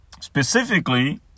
Specifically